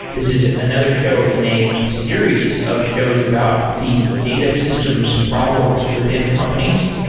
this is another show in a series of shows about the data systems problems within companies.